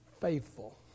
faithful